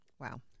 Wow